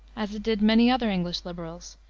as it did many other english liberals,